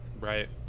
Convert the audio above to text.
Right